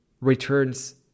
returns